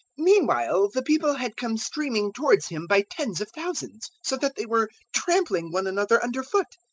meanwhile the people had come streaming towards him by tens of thousands, so that they were trampling one another under foot.